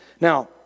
Now